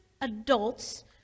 adults